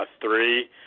three